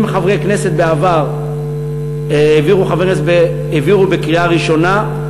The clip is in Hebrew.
אם חברי כנסת בעבר העבירו בקריאה ראשונה,